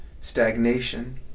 stagnation